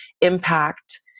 impact